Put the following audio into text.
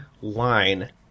line